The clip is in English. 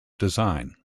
design